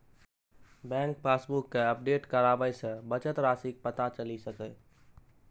bank passbook कें update कराबय सं बचत राशिक पता चलि सकैए